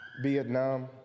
Vietnam